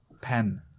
Pen